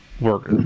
Work